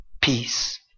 peace